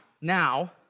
now